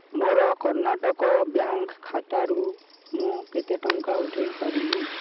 ମୋର କର୍ଣ୍ଣାଟକ ବ୍ୟାଙ୍କ ଖାତାରୁ ମୁଁ କେତେ ଟଙ୍କା ଉଠାଇପାରିବି